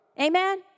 Amen